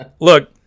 Look